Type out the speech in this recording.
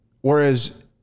whereas